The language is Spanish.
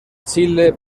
chile